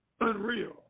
unreal